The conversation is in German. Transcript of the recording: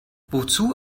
wozu